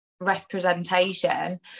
representation